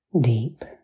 deep